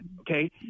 okay